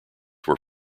were